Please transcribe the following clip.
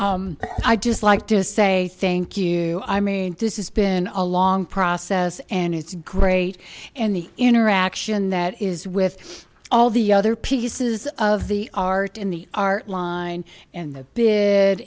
vincent i just like to say thank you i mean this has been a long process and it's great and the interaction that is with all the other pieces of the art and the art line and